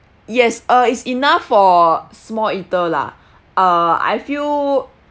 yes uh it's enough for small eater lah err I feel